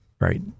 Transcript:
right